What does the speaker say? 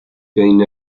بین